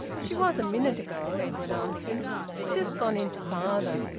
she was, a minute ago, edwin answered. she's just gone in to father.